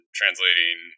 translating